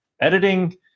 Editing